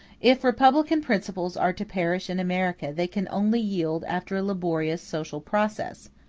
if republican principles are to perish in america, they can only yield after a laborious social process,